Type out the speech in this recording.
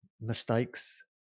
mistakes